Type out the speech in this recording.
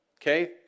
Okay